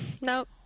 Nope